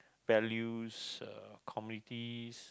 values uh communities